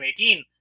2018